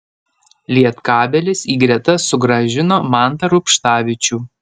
lietkabelis į gretas sugrąžino mantą rubštavičių